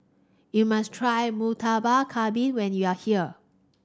you must try Murtabak Kambing when you are here